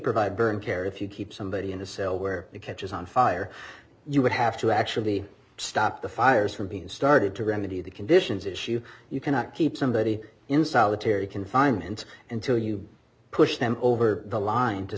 provide burn care if you keep somebody in a cell where it catches on fire you would have to actually stop the fires from being started to remedy the conditions issue you cannot keep somebody in solitary confinement until you've pushed them over the line to